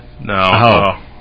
No